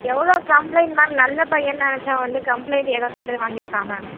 எவ்வளோ complaint ma'am நல்ல பையன்னு நினைச்சேன் அவன் வந்து கம்ப்ளைண்டு ஏகப்பட்டது வாங்கியிருக்கான் மேம்